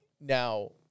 Now